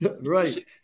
Right